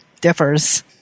differs